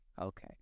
okay